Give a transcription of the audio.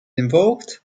invoked